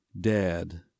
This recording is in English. Dad